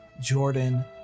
Jordan